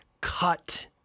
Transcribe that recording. cut